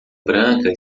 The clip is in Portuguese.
branca